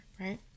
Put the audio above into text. right